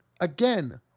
Again